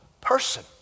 person